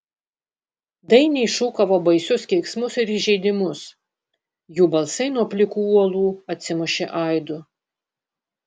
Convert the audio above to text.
dainiai šūkavo baisius keiksmus ir įžeidimus jų balsai nuo plikų uolų atsimušė aidu